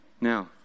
Now